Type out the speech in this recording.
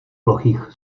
plochých